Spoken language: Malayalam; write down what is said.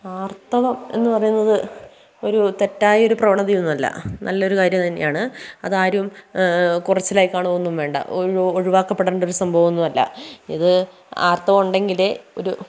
ആർത്തവം എന്നു പറയുന്നത് ഒരു തെറ്റായ ഒരു പ്രവണതയൊന്നും അല്ല നല്ലൊരു കാര്യം തന്നെയാണ് അതാരും കുറച്ചിലായി കാണുകയൊന്നും വേണ്ട ഒഴിവാക്കപ്പെടേണ്ട ഒരു സംഭവം ഒന്നുമല്ല ഇത് ആർത്തവമുണ്ടെങ്കിലേ ഒരു